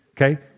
okay